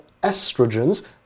estrogens